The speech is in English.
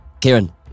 Kieran